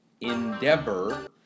endeavor